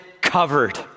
covered